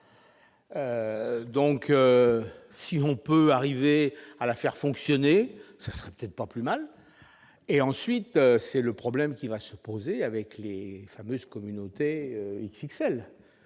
! Si l'on peut arriver à la faire fonctionner, ce ne sera pas plus mal. Ensuite, c'est le problème qui se posera avec les fameuses communautés « XXL